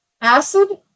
Acid